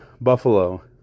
Buffalo